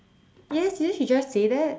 yes didn't he just say that